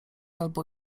albo